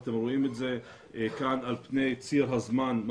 אתם רואים את זה כאן על פני ציר הזמן.